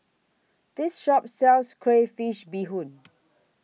This Shop sells Crayfish Beehoon